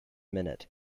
minute